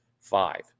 five